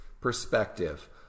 perspective